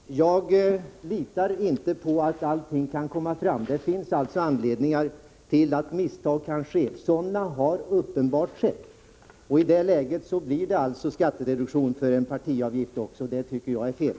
Herr talman! Jag litar inte på att allting kan komma fram. Misstag kan ske, ; och sådana har uppenbarligen skett. I det läget blir det en skattereduktion också för en partiavgift, och det tycker jag är fel.